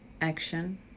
action